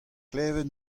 klevet